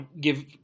give